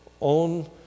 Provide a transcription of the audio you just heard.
own